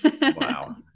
Wow